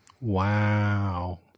Wow